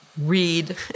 read